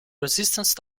resistance